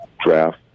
draft